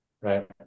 right